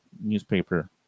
newspaper